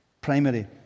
primary